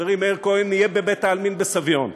חברי מאיר כהן, נהיה בבית-העלמין בסביון,